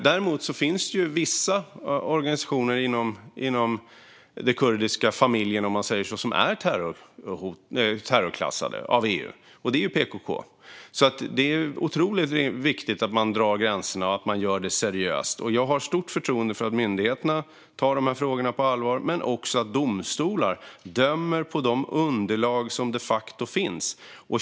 Däremot finns det vissa organisationer inom den kurdiska familjen, om man säger så, som är terrorklassade av EU - och det är ju PKK. Det är alltså otroligt viktigt att man drar gränser och gör det seriöst. Jag har stort förtroende för att myndigheterna tar de här frågorna på allvar men också att domstolar dömer på de underlag som de facto finns.